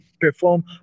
perform